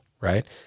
right